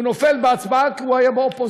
הוא נופל בהצבעה כי הוא היה באופוזיציה.